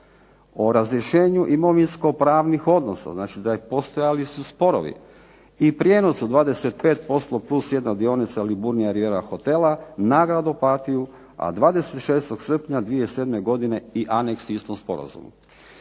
o razrješenju imovinsko-pravnih odnosa, znači postojali su sporovi, i prijenos od 25% plus jedna dionica Liburnija rivijera hotela na grad Opatiju, a 26. srpnja 2007. godine i anex istog sporazuma.